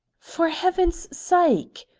for heaven's sake!